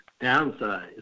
downsize